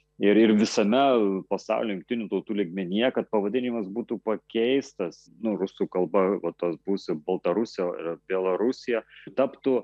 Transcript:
ir ir visame pasauly jungtinių tautų lygmenyje kad pavadinimas būtų pakeistas nu rusų kalba va tos būsi baltarusija ar belarusija taptų